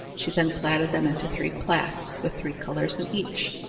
she then platted them into three plats with three colours in each,